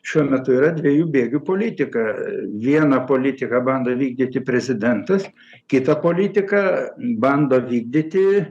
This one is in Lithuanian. šiuo metu yra dviejų bėgių politika vieną politiką bando vykdyti prezidentas kitą politiką bando vykdyti